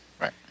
Right